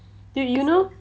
dude you know